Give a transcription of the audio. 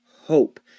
hope